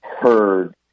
heard